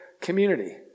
community